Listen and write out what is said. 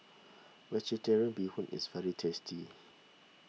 Vegetarian Bee Hoon is very tasty